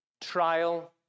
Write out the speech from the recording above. trial